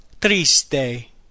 Triste